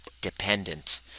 dependent